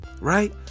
Right